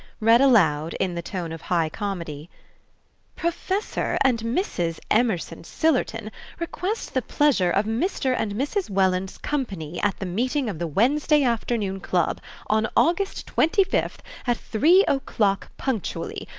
read aloud, in the tone of high comedy professor and mrs. emerson sillerton request the pleasure of mr. and mrs. welland's company at the meeting of the wednesday afternoon club on august twenty fifth at three o'clock punctually.